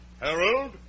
Harold